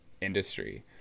industry